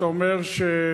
כשאתה אומר שנצביע,